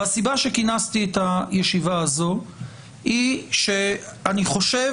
והסיבה שכינסתי את הישיבה הזאת היא שאני חושב